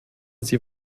sie